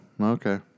okay